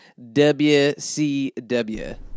WCW